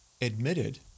admitted